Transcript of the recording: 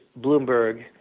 Bloomberg